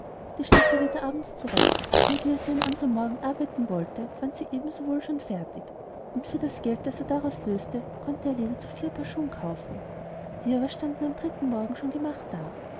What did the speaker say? die schnitt er wieder abends zurecht und wie er sie am andern morgen arbeiten wollte waren sie eben so wohl schon fertig und für das geld das er daraus löste konnte er leder zu vier paar schuhen kaufen die aber standen am dritten morgen gemacht da